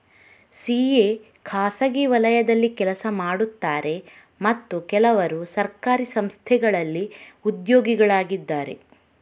CA ಖಾಸಗಿ ವಲಯದಲ್ಲಿ ಕೆಲಸ ಮಾಡುತ್ತಾರೆ ಮತ್ತು ಕೆಲವರು ಸರ್ಕಾರಿ ಸಂಸ್ಥೆಗಳಿಂದ ಉದ್ಯೋಗಿಗಳಾಗಿದ್ದಾರೆ